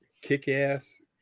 kick-ass